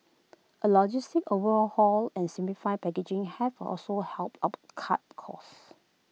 A logistics over overhaul and simplified packaging have also helped up cut costs